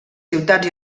ciutats